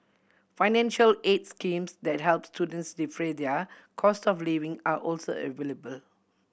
financial aids schemes that help students defray their costs of living are also available